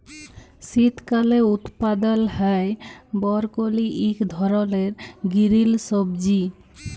শীতকালে উৎপাদল হ্যয় বরকলি ইক ধরলের গিরিল সবজি